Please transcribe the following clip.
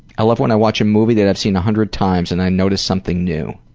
i love when i watch a movie that i've seen a hundred times and i notice something new.